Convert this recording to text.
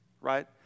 right